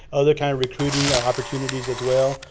other kind of recruiting opportunities, as well.